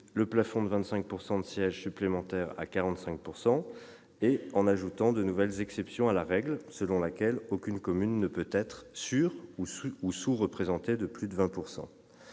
le plafond de 25 % de sièges supplémentaires à 45 % et en ajoutant de nouvelles exceptions à la règle selon laquelle aucune commune ne peut être sur-ou sous-représentée à hauteur de plus de 20 %.